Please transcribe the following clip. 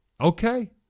okay